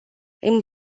îmi